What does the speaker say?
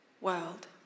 world